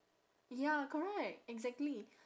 ya correct exactly